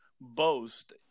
boast